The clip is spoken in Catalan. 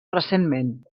recentment